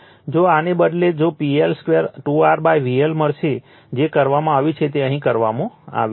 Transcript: જો આને બદલે તો PL2 2 R VL મળશે જે કરવામાં આવ્યું છે તે અહીં કરવામાં આવ્યું છે